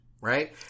right